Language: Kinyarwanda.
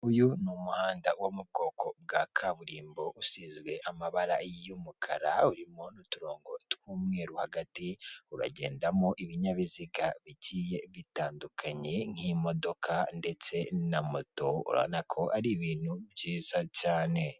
Uyu ni umuhanda wo mu bwoko bwa kaburimbo, usizwe amabara y'umukara urimo n'uturongo tw'umweru hagati, uragendamo ibinyabiziga bigiye bitandukanye nk'imodoka ndetse na moto, urabona ko ari ibintu byiza cyane.